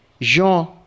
Jean